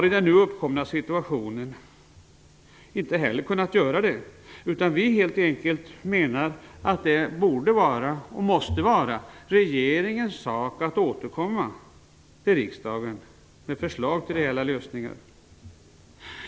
I den nu uppkomna situationen har vi inte heller kunnat göra det. Vi menar helt enkelt att det borde och måste vara regeringens sak att återkomma till riksdagen med förslag till reella lösningar.